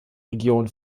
region